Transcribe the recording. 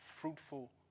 fruitful